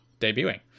debuting